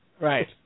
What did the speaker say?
Right